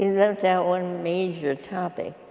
you left out one major topic.